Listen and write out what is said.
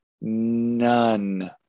none